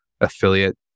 affiliate